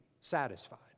satisfied